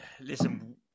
listen